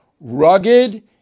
Rugged